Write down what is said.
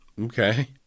Okay